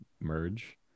merge